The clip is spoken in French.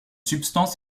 substance